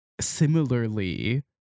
similarly